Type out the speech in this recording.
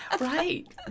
Right